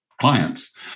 clients